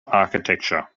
architecture